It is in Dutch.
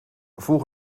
voeg